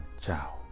Ciao